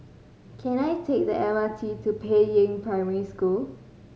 can I take the M R T to Peiying Primary School